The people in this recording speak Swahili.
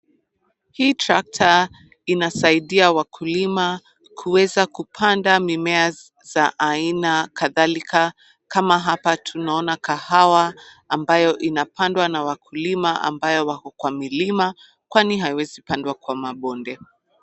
Hii trakta inasaidia wakulima kuweza kupanda mimea za aina kadhalika, kama hapa tunaona kahawa ambayo inapandwa na wakulima ambayo wako kwa milima, kwani haiwezi pandwa kwa mabonde.